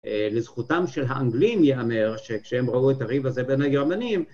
לזכותם של האנגלים, יאמר, שכשהם ראו את הריב הזה בין הגרמנים.